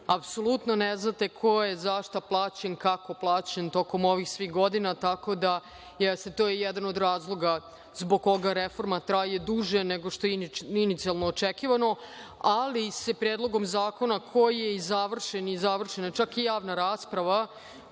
apsolutno ne znate ko je za šta plaćen, kako plaćen tokom ovih svih godina. Tako da, jeste, to je jedan od razloga zbog kojeg reforma traje duže nego što je inicijalno očekivano. Predlogom zakona koji je završen, završena je čak i javna raspra,